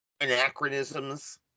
anachronisms